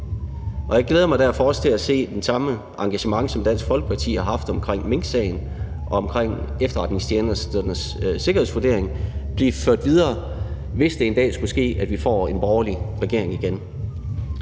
Jeg glæder mig derfor også til at se det samme engagement, som Dansk Folkeparti har haft omkring minksagen og omkring efterretningstjenesternes sikkerhedsvurdering, blive ført videre, hvis det en dag skulle ske, at vi får en borgerlig regering igen.